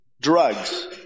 Drugs